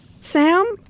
Sam